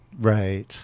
Right